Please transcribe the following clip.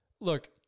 look